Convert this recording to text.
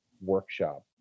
workshop